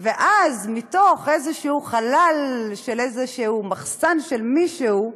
ואז, מתוך איזשהו חלל של איזשהו מחסן של מישהו,